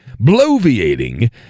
bloviating